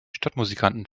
stadtmusikanten